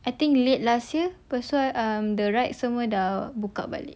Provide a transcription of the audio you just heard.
I think late last year lepas tu the right semua sudah buka balik